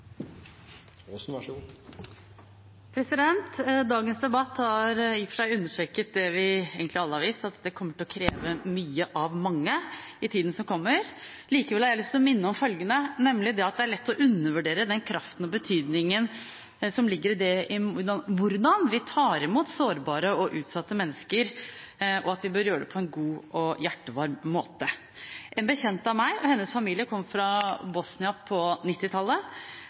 Dagens debatt har i og for seg understreket det vi egentlig alle har visst, at det kommer til å kreve mye av mange i tida som kommer. Likevel har jeg lyst til å minne om følgende, nemlig at det er lett å undervurdere den kraften og den betydningen som ligger i hvordan vi tar imot sårbare og utsatte mennesker, og at vi bør gjøre det på en god og hjertevarm måte. En bekjent av meg og hennes familie kom fra Bosnia på